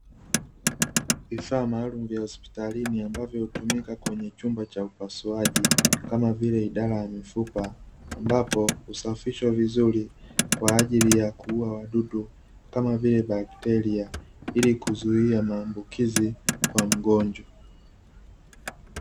Vifaa maalumu vya hospitalini ambavyo hutumika kwenye chumba cha upusaji, kama vile idara ya mifupa, ambapo husafishwa vizuri kwa ajili ya kuua wadudu kama vile bakteria ili kuzuia maambukizi kwa mgonjwa.